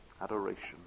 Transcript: adoration